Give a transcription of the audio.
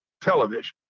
television